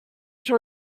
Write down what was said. sur